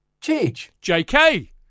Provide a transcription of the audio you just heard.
JK